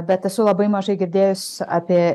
bet esu labai mažai girdėjus apie